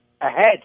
ahead